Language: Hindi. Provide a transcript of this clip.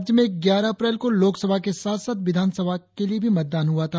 राज्य में ग्यारह अप्रैल को लोकसभा के साथ साथ विधानसभा के लिए भी मतदान हुआ था